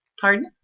Pardon